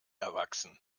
erwachsen